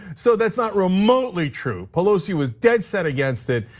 so, that's not remotely true, pelosi was dead-set against it.